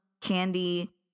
Candy